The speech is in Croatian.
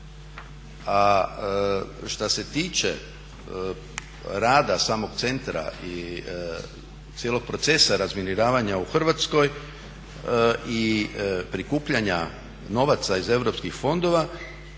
A šta se tiče rada samog centra i cijelog procesa razminiravanja u Hrvatskoj i prikupljanja novaca iz Europskih fondova